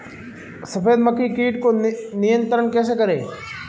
सफेद मक्खी कीट को नियंत्रण कैसे करें?